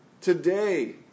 Today